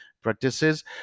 practices